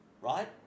right